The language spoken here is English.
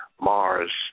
Mars